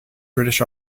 british